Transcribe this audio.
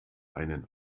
einen